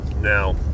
Now